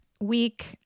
week